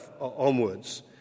onwards